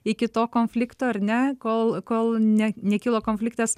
iki to konflikto ar ne kol kol ne nekilo konfliktas